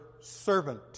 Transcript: servant